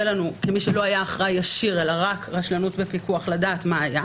לנו כמי שלא היה אחראי ישיר אלא רק רשלנות ופיקוח לדעת מה הי,